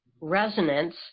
resonance